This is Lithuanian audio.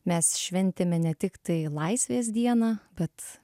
mes šventėme ne tiktai laisvės dieną bet